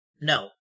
No